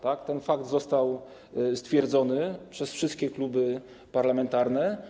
Ten fakt został stwierdzony przez wszystkie kluby parlamentarne.